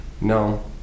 no